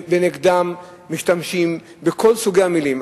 ונגדם משתמשים בכל סוגי המלים,